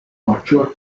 mature